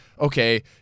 okay